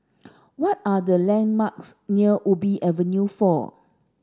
what are the landmarks near Ubi Avenue four